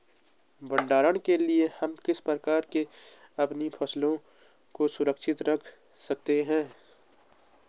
भंडारण के लिए हम किस प्रकार से अपनी फसलों को सुरक्षित रख सकते हैं?